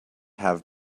have